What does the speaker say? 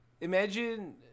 Imagine